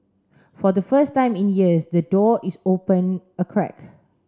for the first time in years the door is open a crack